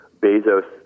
Bezos